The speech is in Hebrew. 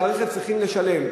ועל רכב צריכים לשלם.